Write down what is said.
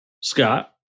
Scott